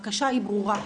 הבקשה היא ברורה: